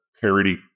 parody